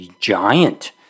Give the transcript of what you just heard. giant